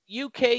uk